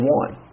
one